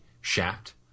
shaft